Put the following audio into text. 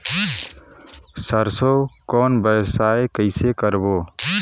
सरसो कौन व्यवसाय कइसे करबो?